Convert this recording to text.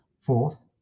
fourth